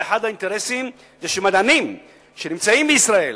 ואחד האינטרסים הוא שמדענים שנמצאים בישראל,